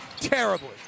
terribly